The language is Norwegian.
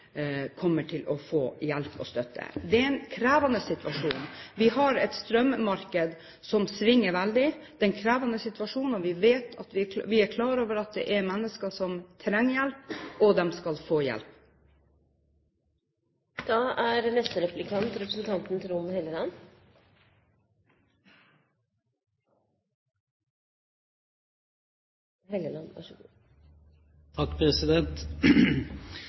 kommer til å få hjelp og støtte. Det er en krevende situasjon. Vi har et strømmarked som svinger veldig, og vi er klar over at det er mennesker som trenger hjelp, og de skal få